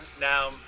now